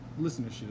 listenership